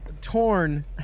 torn